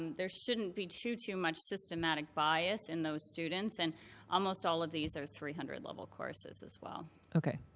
and there shouldn't be too, too much systematic bias in those students. and almost all of these are three hundred level courses as well. rebecca